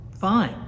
Fine